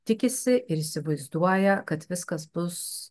tikisi ir įsivaizduoja kad viskas bus